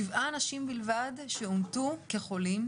שבעה אנשים בלבד שאומתו כחולים,